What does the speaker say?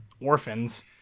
orphans